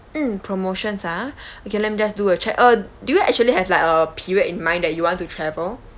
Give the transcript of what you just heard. mm promotions ah okay let me just do a check uh do you actually have like a period in mind that you want to travel